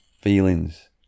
feelings